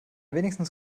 wenigstens